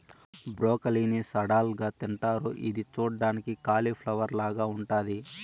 broccoli ని salad గా తింటారు ఇది చూడ్డానికి కాలిఫ్లవర్ లాగ ఉంటాది